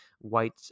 white